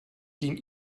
dem